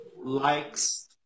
likes